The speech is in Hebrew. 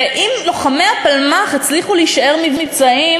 ואם לוחמי הפלמ"ח הצליחו להישאר מבצעיים